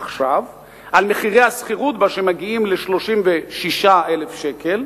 על מחירי השכירות בה שמגיעים ל-36,000 שקלים,